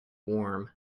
warm